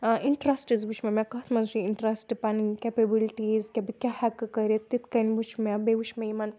interests وٕچھ مےٚ مےٚ کَتھ منٛز چھِ اِنٹرٛسٹہٕ پَنٕنۍ کیپیبلٹیٖز کہِ بہٕ کیٛاہ ہٮ۪کہٕ کٔرِتھ تِتھ کٔنۍ وٕچھ مےٚ بیٚیہِ وٕچھ مےٚ یِمَن